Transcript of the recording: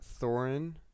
Thorin